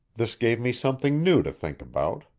this gave me something new to think about,